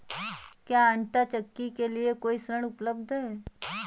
क्या आंटा चक्की के लिए कोई ऋण उपलब्ध है?